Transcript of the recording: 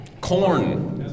corn